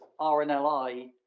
rnli